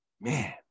Man